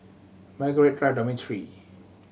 Margaret Drive Dormitory